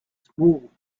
small